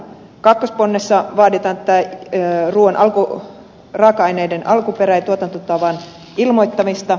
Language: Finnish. kakkosponnessa vaaditaan ruuan raaka aineiden alkuperän ja tuotantotavan ilmoittamista